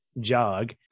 jog